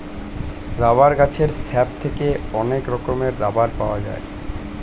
rubber গাছের sap থেকে অনেক রকমের রাবার পাওয়া যায়